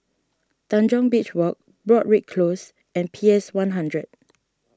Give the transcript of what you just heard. Tanjong Beach Walk Broadrick Close and P S one hundred